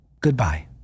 goodbye